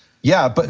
yeah, but